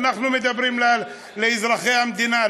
אנחנו מדברים לאזרחי המדינה,